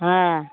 हँ